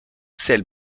celle